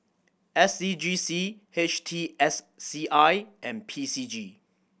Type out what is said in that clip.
S C G C H T S C I and P C G